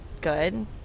good